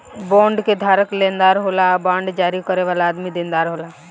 bond के धारक लेनदार होला आ बांड जारी करे वाला आदमी देनदार होला